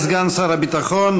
תודה לסגן שר הביטחון.